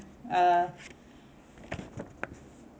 uh